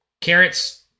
Carrots